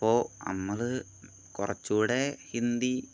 അപ്പോൾ നമ്മൾ കുറച്ചു കൂടെ ഹിന്ദി